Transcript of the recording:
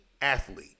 athlete